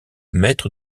maître